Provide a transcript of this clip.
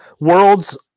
worlds